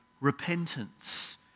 repentance